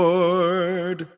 Lord